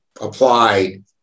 applied